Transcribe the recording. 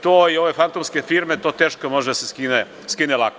To i ove fantomske firme, to teško može da se skine lako.